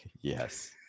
Yes